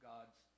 God's